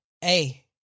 hey